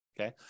okay